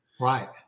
Right